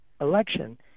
election